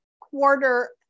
quarter